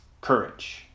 Courage